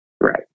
right